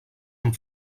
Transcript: amb